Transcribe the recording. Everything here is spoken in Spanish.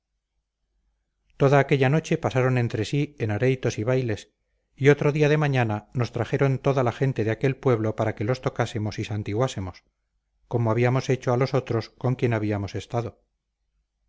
toda aquella noche pasaron entre sí en areitos y bailes y otro día de mañana nos trajeron toda la gente de aquel pueblo para que los tocásemos y santiguásemos como habíamos hecho a los otros con quien habíamos estado